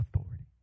authority